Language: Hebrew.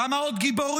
כמה עוד גיבורים?